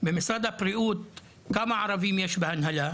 במשרד הבריאות כמה ערבים יש בהנהלה?